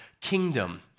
kingdom